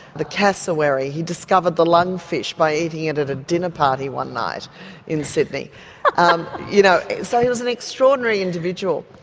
the cassowary, he discovered the lung fish by eating it at a dinner party one night in sydney um you know so he was an extraordinary individual,